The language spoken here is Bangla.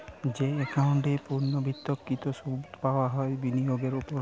যেই একাউন্ট এ পূর্ণ্যাবৃত্তকৃত সুধ পাবা হয় বিনিয়োগের ওপর